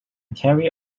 carry